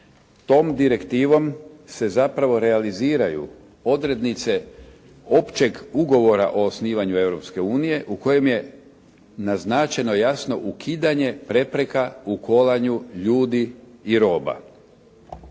Tom direktivom se zapravo realiziraju odrednice općeg ugovora o osnivanju Europske unije u kojem je naznačeno jasno ukidanje prepreka u kolanju ljudi i roba.